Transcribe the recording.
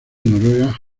noruega